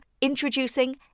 Introducing